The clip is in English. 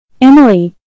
Emily